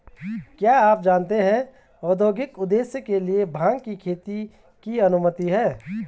क्या आप जानते है औद्योगिक उद्देश्य के लिए भांग की खेती की अनुमति है?